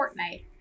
Fortnite